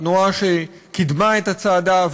התנועה שקידמה את הצעדה,